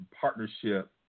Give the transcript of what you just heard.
partnership